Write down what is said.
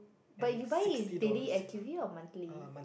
but you buy is daily acuvue or monthly